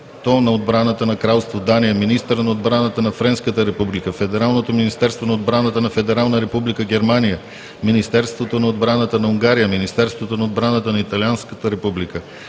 на отбраната на Кралство Дания, министъра на отбраната на Френската република, Федералното министерство на отбраната на Федерална република Германия, Министерството на отбраната на Унгария, Министерството на отбраната на Италианската република,